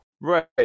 Right